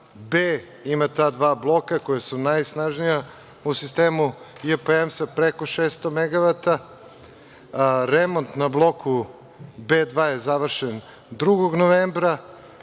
B ima ta dva bloka koja su najsnažnija. U sistemu JP EMS je preko 600 megavata. Remont na bloku B2 je završen 2. novembra